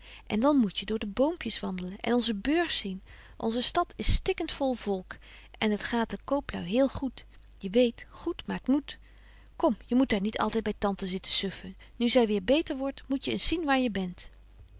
en dan moetje door de boompjes wandelen en onze beurs zien onze stad is stikkent vol volk en het gaat de kooplui heel goed je weet goed maakt moed kom je moet daar niet altyd by tante zitten suffen nu zy weer beter wordt moet je eens zien waar je bent